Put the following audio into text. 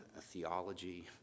theology